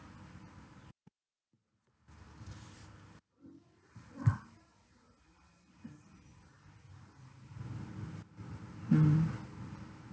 mmhmm